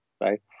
Right